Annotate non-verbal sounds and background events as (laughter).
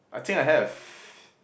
I think I have (breath)